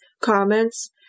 comments